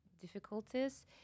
difficulties